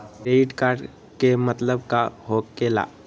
Credit card के मतलब का होकेला?